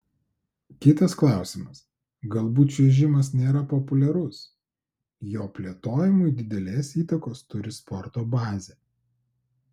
kitas klausimas galbūt čiuožimas nėra populiarus jo plėtojimui didelės įtakos turi sporto bazė